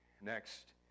Next